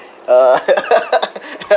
uh